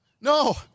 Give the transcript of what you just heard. No